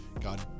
God